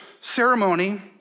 ceremony